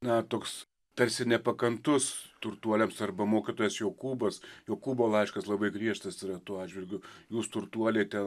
na toks tarsi nepakantus turtuoliams arba mokytojas jokūbas jokūbo laiškas labai griežtas yra tuo atžvilgiu jūs turtuoliai ten